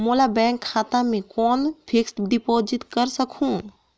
मोर bank खाता मे कौन फिक्स्ड डिपॉजिट कर सकहुं?